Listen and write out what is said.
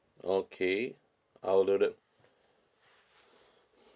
okay I'll do that